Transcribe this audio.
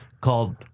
called